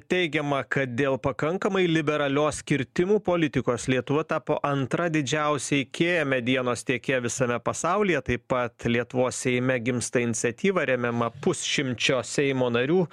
teigiama kad dėl pakankamai liberalios kirtimų politikos lietuva tapo antra didžiausia ikea medienos tiekėja visame pasaulyje taip pat lietuvos seime gimsta iniciatyva remiama pusšimčio seimo narių